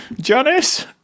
Janice